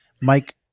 Mike